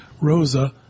Rosa